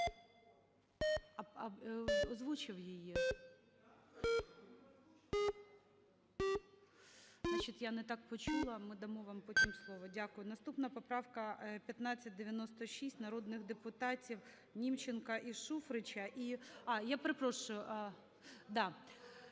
Наступна поправка – 1596, народних депутатівНімченка і Шуфрича.